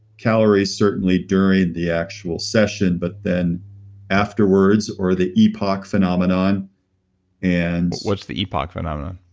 calorie certainly during the actual session, but then afterwards or the epoc phenomenon and what's the epoc phenomenon?